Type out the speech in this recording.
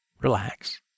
relax